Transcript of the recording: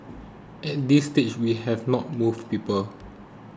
at this stage we have not moved people